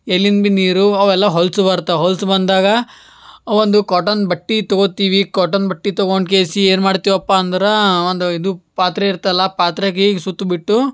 ಎಲ್ಲಿಂದಿನ ನೀರು ಅವೆಲ್ಲ ಹೊಲಸು ಬರ್ತಾವ ಹೊಲಸು ಬಂದಾಗ ಒಂದು ಕಾಟನ್ ಬಟ್ಟೆ ತಗೊತೀವಿ ಕಾಟನ್ ಬಟ್ಟೆ ತಗೊಂಡು ಕೇಸಿ ಏನು ಮಾಡ್ತೀವಪ್ಪ ಅಂದ್ರೆ ಒಂದು ಇದು ಪಾತ್ರೆ ಇರ್ತಲ್ಲ ಪಾತ್ರೆಗೆ ಸುತ್ಬಿಟ್ಟು